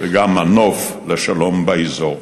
וגם מנוף לשלום באזור.